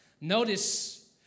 Notice